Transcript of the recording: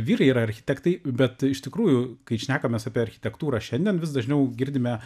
vyrai yra architektai bet iš tikrųjų kai šnekamės apie architektūrą šiandien vis dažniau girdime